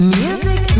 music